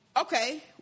Okay